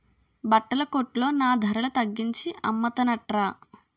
బట్టల కొట్లో నా ధరల తగ్గించి అమ్మతన్రట